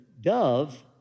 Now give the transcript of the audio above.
dove